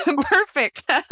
Perfect